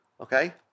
okay